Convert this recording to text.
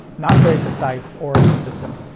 not very precise, or consistent.